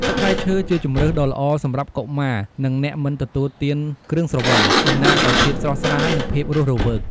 ទឹកផ្លែឈើជាជម្រើសដ៏ល្អសម្រាប់កុមារ និងអ្នកមិនទទួលទានគ្រឿងស្រវឹង តំណាងឱ្យភាពស្រស់ស្រាយ និងភាពរស់រវើក។